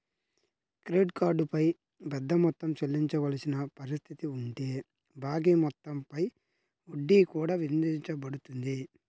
credit card పై పెద్ద మొత్తం చెల్లించవలసిన పరిస్థితి ఉంటే బాకీ మొత్తం పై వడ్డీ కూడా విధించబడుతుంది